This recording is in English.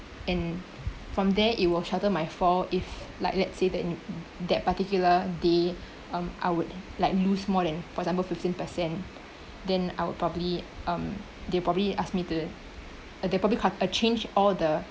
and from there it will shelter my fall if like let's say that in that particular day um I would like lose more than for example fifteen per cent then I would probably um they probably ask me to they probably uh change all the